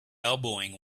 elbowing